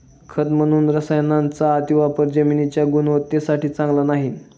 खत म्हणून रसायनांचा अतिवापर जमिनीच्या गुणवत्तेसाठी चांगला नाही